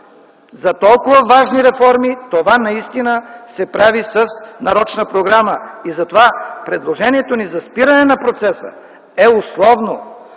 За толкова важни реформи това наистина се прави с нарочна програма. Затова предложението ни за спиране на процеса е условно